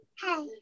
Hi